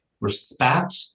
respect